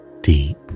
deep